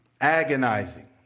agonizing